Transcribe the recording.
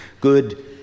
good